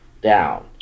down